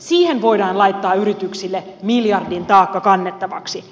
siihen voidaan laittaa yrityksille miljardin taakka kannettavaksi